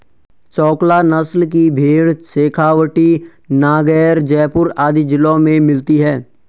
चोकला नस्ल की भेंड़ शेखावटी, नागैर, जयपुर आदि जिलों में मिलती हैं